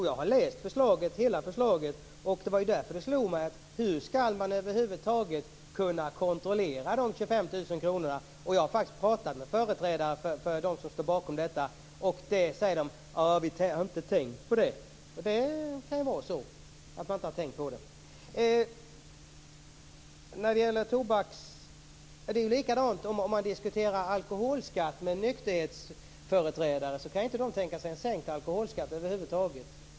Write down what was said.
Herr talman! Jag har läst hela förslaget. Det var därför som jag undrade hur man över huvud taget skall kunna kontrollera dessa 25 000 kr. Jag har faktiskt talat med företrädare för dem som står bakom förslaget, och de säger att de inte har tänkt på det. Så kan det vara. Om man diskuterar alkoholskatter med nykterhetsföreträdare kan de över huvud taget inte tänka sig en sänkning av alkoholskatten.